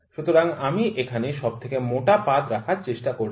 সুতরাং আমি এখানে সবথেকে মোটা পাতা রাখার চেষ্টা করব